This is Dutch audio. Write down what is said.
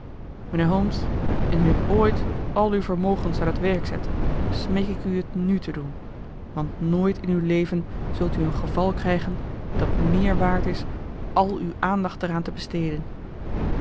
mijnheer holmes indien u ooit al uw vermogens aan het werk zette smeek ik u het nu te doen want nooit in uw leven zult u een geval krijgen dat meer waard is al uw aandacht er aan te besteden